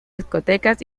discotecas